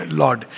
lord